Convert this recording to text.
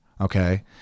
Okay